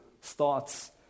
starts